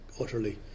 utterly